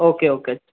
okay okay